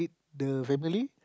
the family